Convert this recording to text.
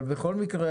אבל בכל מקרה,